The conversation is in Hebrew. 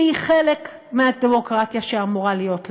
שהיא חלק מהדמוקרטיה שאמורה להיות לנו.